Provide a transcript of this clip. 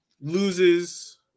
loses